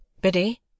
Biddy